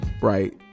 right